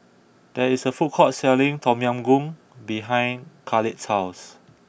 there is a food court selling Tom Yam Goong behind Kahlil's house